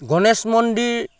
গণেশ মন্দিৰ